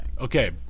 Okay